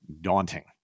daunting